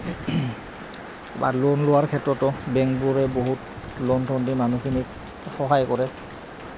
বা লোন লোৱাৰ ক্ষেত্ৰতো বেংকবোৰে বহুত লোন চোন দি মানুহখিনিক সহায় কৰে